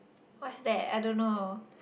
what's that I don't know